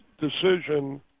decision